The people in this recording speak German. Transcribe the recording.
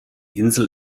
insel